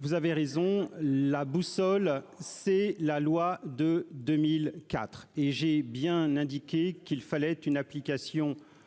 vous avez raison, la boussole, c'est la loi de 2004 et j'ai bien indiqué qu'il fallait une application